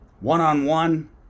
one-on-one